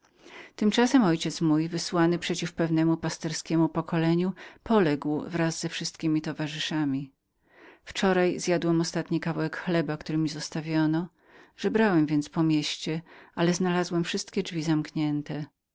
tymczasem ojciec mój wysłany przeciw pewnemu pasterskiemu pokoleniu poległ wraz ze wszystkiemi towarzyszami wczoraj zjadłem ostatni kawałek chleba który mi zostawiono żebrałem więc po mieście ale znalazłem wszystkie drzwi i okna zamknięte